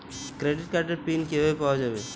Credit কার্ডের pin কিভাবে পাওয়া যাবে?